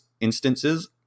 instances